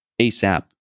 ASAP